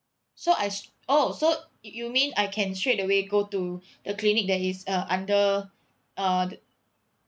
so I oh so you mean I can straightaway go to the clinic that is uh under uh the